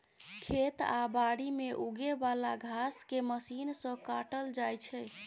खेत आ बारी मे उगे बला घांस केँ मशीन सँ काटल जाइ छै